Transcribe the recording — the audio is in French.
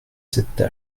cette